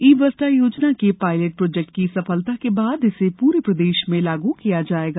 ई बस्ता योजना के पायलट प्रोजेक्ट की सफलता के बाद इसे पूरे प्रदेश में लागू किया जायेगा